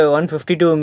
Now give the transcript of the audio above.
152